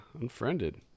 Unfriended